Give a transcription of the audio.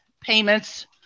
payments